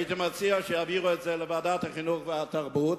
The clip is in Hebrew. הייתי מציע שיעבירו את זה לוועדת החינוך והתרבות,